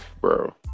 bro